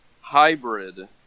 hybrid